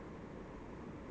goodness